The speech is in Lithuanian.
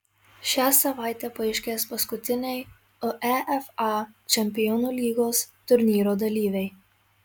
šią savaitę paaiškės paskutiniai uefa čempionų lygos turnyro dalyviai